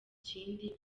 kindi